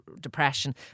depression